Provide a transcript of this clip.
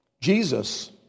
Jesus